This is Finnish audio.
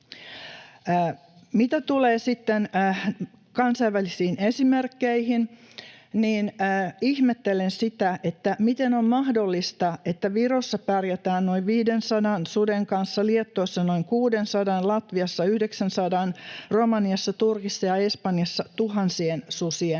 Mitä tulee sitten kansainvälisiin esimerkkeihin, niin ihmettelen sitä, miten on mahdollista, että Virossa pärjätään noin 500 suden kanssa, Liettuassa noin 600:n, Latviassa 900:n, Romaniassa, Turkissa ja Espanjassa tuhansien susien